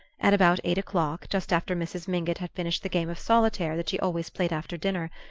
at about eight o'clock, just after mrs. mingott had finished the game of solitaire that she always played after dinner,